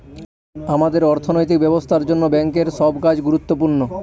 আমাদের অর্থনৈতিক ব্যবস্থার জন্য ব্যাঙ্কের সব কাজ গুরুত্বপূর্ণ